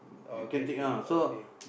okay can okay